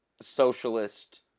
socialist